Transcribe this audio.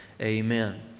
amen